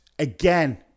Again